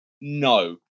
No